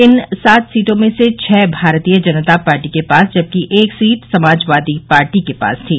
इन सात सीटों में छः भारतीय जनता पार्टी के पास जबकि एक सीट समाजवादी पार्टी के पास थी